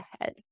ahead